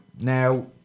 now